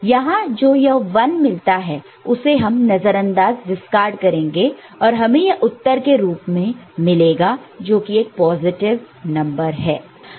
यहां जो यह1 मिलता है उसे हम नजरअंदाज डिस्कार्ड discard करेंगे और हमें यह उत्तर के रूप में मिलेगा जो कि एक पॉजिटिव नंबर है